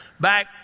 back